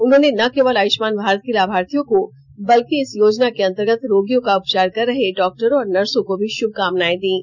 उन्होंने न केवल आयुष्मान भारत के लाभार्थियों को बल्कि इस योजना के अंतर्गत रोगियों का उपचार कर रहे डॉक्टरों और नर्सों को भी श्रमकामनाएं दीं